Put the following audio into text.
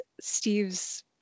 Steve's